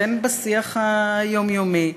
אם בשיח היומיומי.